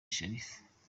sharifa